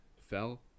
Fell